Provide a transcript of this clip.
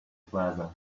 plaza